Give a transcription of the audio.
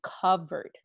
covered